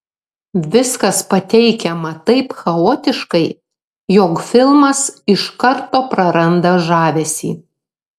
viskas pateikiama taip chaotiškai jog filmas iš karto praranda žavesį